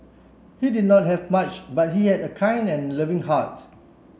he did not have much but he had a kind and loving heart